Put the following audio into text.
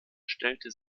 stellte